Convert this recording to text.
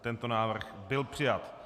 Tento návrh byl přijat.